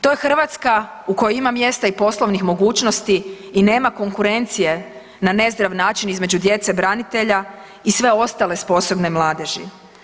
To je Hrvatska u kojoj ima mjesta i poslovnih mogućnosti i nema konkurencije na nezdrav način između djece branitelja i sve ostale sposobne mladeži.